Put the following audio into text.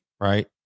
right